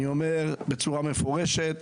אני אומר בצורה מפורשת